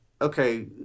okay